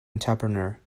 entrepreneur